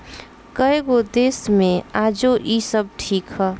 कएगो देश मे आजो इ सब ठीक ह